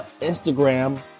Instagram